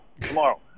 tomorrow